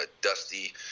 dusty